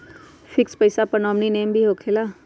Fix पईसा पर nominee name भी होकेला?